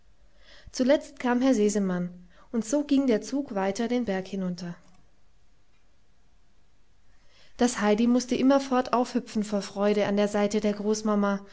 zuletzt kam herr sesemann und so ging der zug weiter den berg hinunter das heidi mußte immerfort aufhüpfen vor freude an der seite der großmama